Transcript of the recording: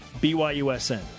BYUSN